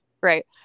Right